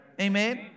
Amen